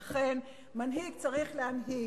ולכן, מנהיג צריך להנהיג,